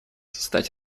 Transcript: стать